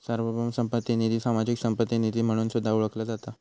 सार्वभौम संपत्ती निधी, सामाजिक संपत्ती निधी म्हणून सुद्धा ओळखला जाता